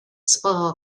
spa